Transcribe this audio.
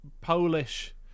Polish